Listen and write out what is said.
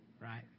right